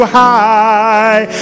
high